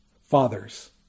Fathers